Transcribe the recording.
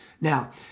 Now